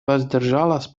воздержалась